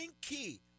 key